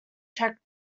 checked